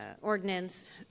ordinance